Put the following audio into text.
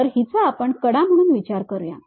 तर हिचा आपण कडा म्हणून विचार करूया